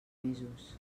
mesos